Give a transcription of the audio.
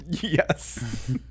Yes